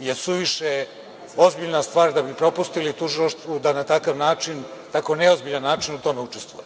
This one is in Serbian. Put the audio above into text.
je suviše ozbiljna stvar da bi propustili u Tužilaštvu, da na tako neozbiljan način u tome učestvuju.